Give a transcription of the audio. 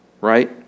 right